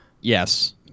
Yes